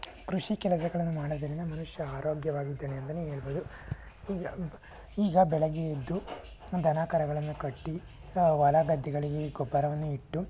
ಕೃಷಿ ಕೆಲಸಗಳನ್ನು ಮಾಡೋದರಿಂದ ಮನುಷ್ಯ ಆರೋಗ್ಯವಾಗಿದ್ದಾನೆ ಅಂತಲೇ ಏಳ್ಬೌದು ಈಗ ಈಗ ಬೆಳಗ್ಗೆ ಎದ್ದು ದನ ಕರುಗಳನ್ನು ಕಟ್ಟಿ ಹೊಲ ಗದ್ದೆಗಳಿಗೆ ಗೊಬ್ಬರವನ್ನು ಇಟ್ಟು